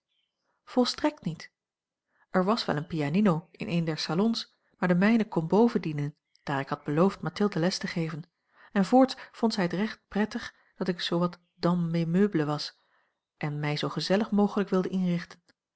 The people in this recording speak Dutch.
volstrekt niet er was wel eene pianino in een der salons maar de mijne kon boven dienen daar ik had beloofd mathilde les te geven en voorts vond zij het recht prettig dat ik zoowat dans mes meubles was en mij zoo gezellig mogelijk wilde inrichten